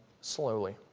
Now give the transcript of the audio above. slowly